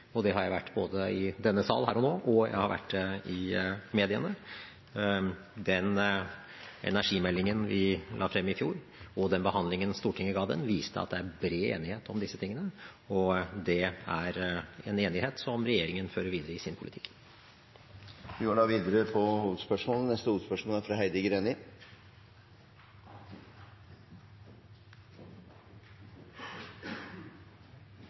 og det har jeg vært både i denne sal her og nå, og jeg har vært det i mediene. Den energimeldingen vi la frem i fjor, og den behandlingen Stortinget ga den, viste at det er bred enighet om disse tingene, og det er en enighet som regjeringen fører videre i sin politikk. Vi går videre til neste hovedspørsmål. Da Høyre og